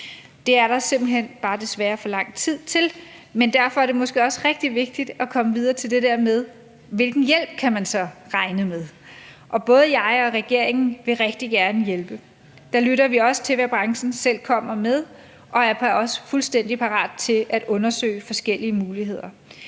Det er der simpelt hen bare for lang tid til. Men derfor er det måske også rigtig vigtigt at komme videre til det der med, hvilken hjælp man så kan regne med. Både jeg og regeringen vil rigtig gerne hjælpe. Der lytter vi også til, hvad branchen selv kommer med, og er også fuldstændig parate til at undersøge forskellige muligheder.